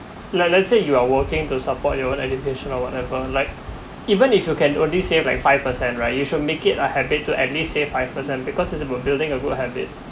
like let's say you are working to support your own education or whatever like even if you can only save like five percent right you should make it a habit to at least save five percent because it's about building a good habit